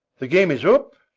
the game is up.